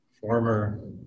former